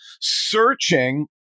searching